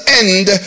end